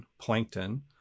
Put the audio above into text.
Plankton